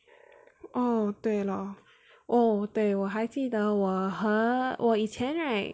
oh 对 lor oh 对我还记得我和我以前 right